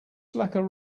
slacker